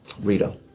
Rita